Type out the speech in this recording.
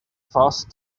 fast